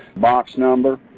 box number,